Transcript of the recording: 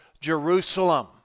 Jerusalem